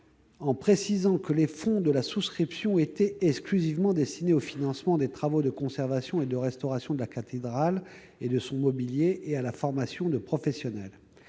a précisé que les fonds de la souscription seraient exclusivement destinés au financement des travaux de conservation et de restauration de la cathédrale et de son mobilier, ainsi qu'à la formation de professionnels.